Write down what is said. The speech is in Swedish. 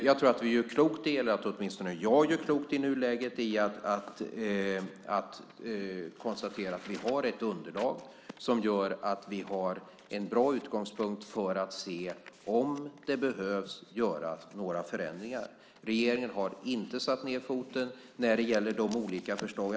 Jag tror att vi, eller åtminstone jag, i nuläget gör klokt i att konstatera att vi har ett underlag som gör att vi har en bra utgångspunkt för att se om det behöver göras några förändringar. Regeringen har inte satt ned foten när det gäller de olika förslagen.